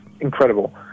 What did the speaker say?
incredible